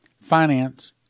finance